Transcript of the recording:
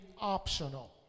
optional